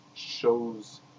shows